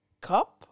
Cup